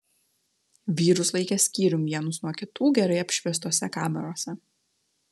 vyrus laikė skyrium vienus nuo kitų gerai apšviestose kamerose